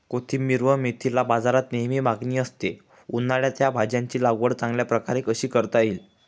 कोथिंबिर व मेथीला बाजारात नेहमी मागणी असते, उन्हाळ्यात या भाज्यांची लागवड चांगल्या प्रकारे कशी करता येईल?